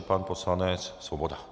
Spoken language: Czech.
Pan poslanec Svoboda.